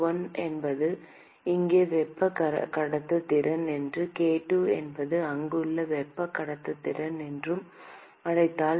k1 என்பது இங்கே வெப்ப கடத்துத்திறன் என்றும் k2 என்பது அங்குள்ள வெப்ப கடத்துத்திறன் என்றும் அழைத்தால்